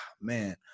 man